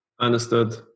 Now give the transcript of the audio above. Understood